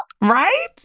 Right